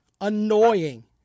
annoying